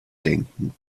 denken